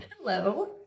Hello